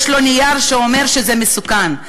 יש לו נייר שאומר שזה מסוכן.